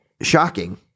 shocking